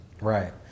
Right